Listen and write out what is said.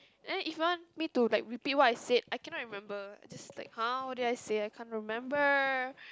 then if you want me to like repeat what I said I cannot remember I just like [huh] what do I say I can't remember